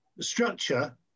structure